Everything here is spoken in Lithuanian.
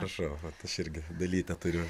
prašau vat aš irgi dalytę turiu